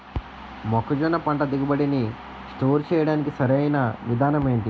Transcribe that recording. మొక్కజొన్న పంట దిగుబడి నీ స్టోర్ చేయడానికి సరియైన విధానం ఎంటి?